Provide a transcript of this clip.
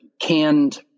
canned